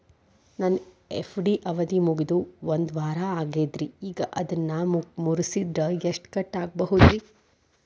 ನನ್ನ ಎಫ್.ಡಿ ಅವಧಿ ಮುಗಿದು ಒಂದವಾರ ಆಗೇದ್ರಿ ಈಗ ಅದನ್ನ ಮುರಿಸಿದ್ರ ಎಷ್ಟ ಕಟ್ ಆಗ್ಬೋದ್ರಿ?